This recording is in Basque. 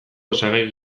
osagai